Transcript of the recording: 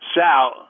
Sal